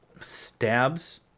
stabs